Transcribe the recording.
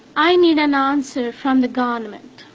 i need an answer from the government.